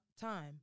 time